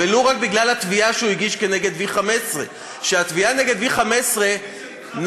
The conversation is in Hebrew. ולו רק בגלל התביעה שהוא הגיש כנגד V15. התביעה נגד V15 נדחתה.